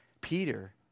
Peter